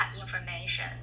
information